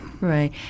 Right